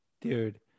dude